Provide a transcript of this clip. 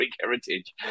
heritage